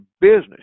business